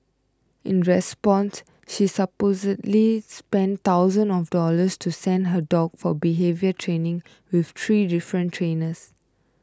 in response she supposedly spent thousands of dollars to send her dog for behaviour training with three different trainers